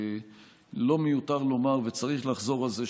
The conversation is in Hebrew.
לא מיותר לומר וצריך לחזור על זה,